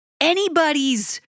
anybody's